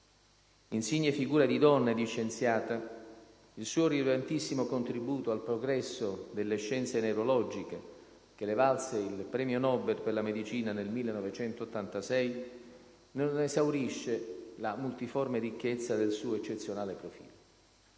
Insigne figura di donna e di scienziata, il suo rilevantissimo contributo al progresso delle scienze neurologiche, che le valse il premio Nobel per la medicina nel 1986, non esaurisce la multiforme ricchezza del suo eccezionale profilo.